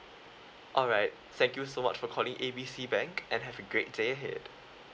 alright thank you so much for calling A B C bank and have a great day ahead